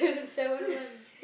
seven month